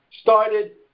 started